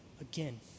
again